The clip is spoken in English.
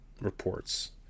reports